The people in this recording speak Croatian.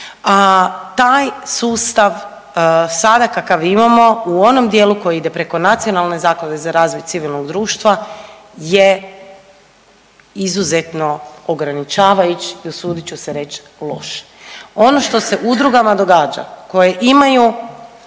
taj sustav sada kakav imamo u onom dijelu koji ide preko Nacionalne zaklade za razvoj civilnog društva je izuzetno ograničavajući i usudit ću se reći loš. Ono što se udrugama događa koje imaju